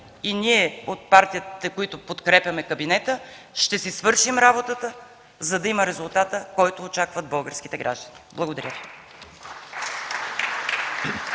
и ние от партиите, които го подкрепяме, ще си свършим работата, за да го има резултата, който очакват българските граждани. Благодаря.